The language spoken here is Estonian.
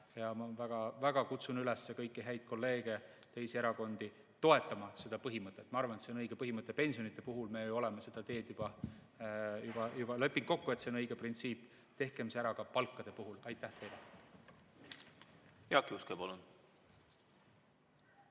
ma väga kutsun üles kõiki häid kolleege, teisi erakondi toetama seda põhimõtet. Ma arvan, et see on õige põhimõte. Pensionide puhul me juba oleme seda teed läinud, kokku leppinud, et see on õige printsiip. Tehkem see ära ka palkade puhul. Aitäh teile! Jaak Juske, palun!